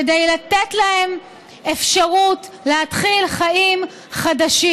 כדי לתת להם אפשרות להתחיל חיים חדשים.